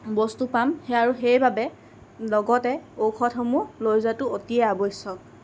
বস্তু পাম সেই আৰু সেইবাবে লগতে ঔষধসমূহ লৈ যোৱাতো অতি আৱশ্যক